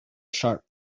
sharp